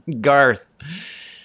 Garth